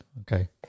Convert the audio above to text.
Okay